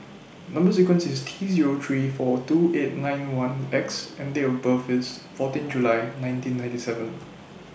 Number sequence IS T Zero three four two eight nine one X and Date of birth IS fourteen July nineteen ninety seven